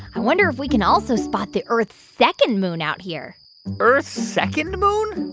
i wonder if we can also spot the earth's second moon out here earth's second moon?